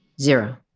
Zero